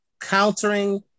countering